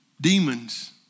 Demons